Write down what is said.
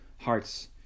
hearts